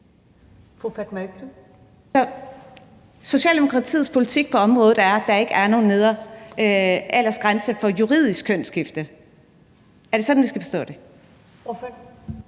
Socialdemokratiets politik på området er altså, at der ikke er nogen nedre aldersgrænse for juridisk kønsskifte. Er det sådan, jeg skal forstå det?